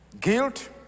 Guilt